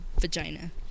vagina